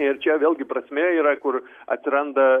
ir čia vėlgi prasmė yra kur atsiranda